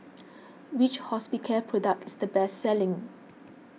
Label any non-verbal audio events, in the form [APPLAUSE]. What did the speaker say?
[NOISE] which Hospicare product is the best selling